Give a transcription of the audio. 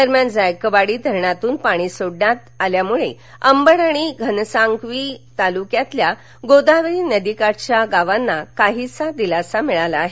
दरम्यान जायकवाडी धरणातून पाणी सोडण्यात आल्यामुळे अंबड आणि घनसावंगी तालुक्यातल्या गोदावरी नदीकाठच्या गावांना काहीसा दिलासा मिळाला आहे